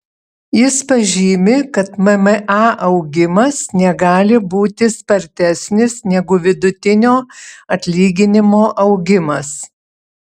jis pažymi kad mma augimas negali būti spartesnis negu vidutinio atlyginimo augimas